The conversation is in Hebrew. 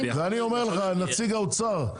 אני אומר לך, נציג האוצר,